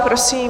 Prosím.